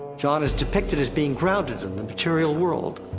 jon is depicted as being grounded in the material world.